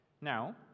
now